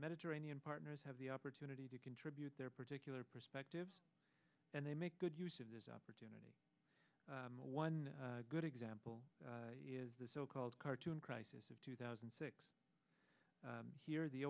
mediterranean partners have the opportunity to contribute their particular perspectives and they make good use of this opportunity one good example is the so called cartoon crisis of two thousand and six here the